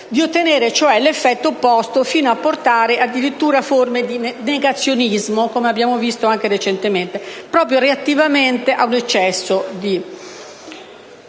ottenendo l'effetto opposto fino ad arrivare addirittura a forme di negazionismo, come abbiamo visto anche recentemente, proprio come reazione ad un eccesso di